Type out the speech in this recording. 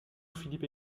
philippe